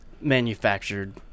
Manufactured